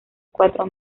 cuatro